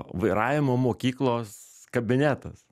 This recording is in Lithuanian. vairavimo mokyklos kabinetas